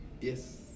Yes